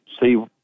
see